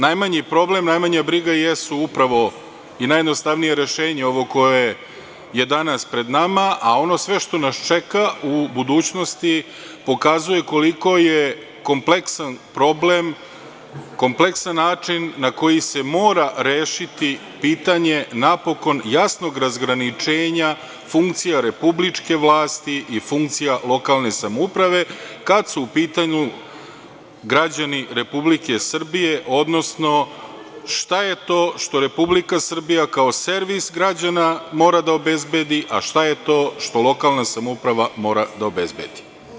Najmanji problem, najmanja briga su upravo i najednostavnije rešenje ovo koje je danas pred nama, a ono sve što nas čeka u budućnosti pokazuje koliko je kompleksan problem, kompleksan način na koji se mora rešiti pitanje napokon jasnog razgraničenja funkcija republičke vlasti i funkcija lokalne samouprave kad su u pitanju građani Republike Srbije, odnosno šta je to što Republika Srbija kao servis građana mora da obezbedi, a što je to što lokalna samouprava mora da obezbedi.